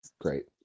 Great